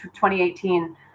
2018